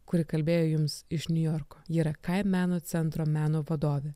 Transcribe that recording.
kuri kalbėjo jums iš niujorko ji yra kai meno centro meno vadovė